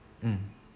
mm